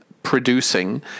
Producing